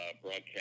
broadcast